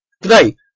Today